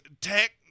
tech